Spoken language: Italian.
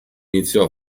iniziò